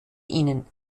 ihnen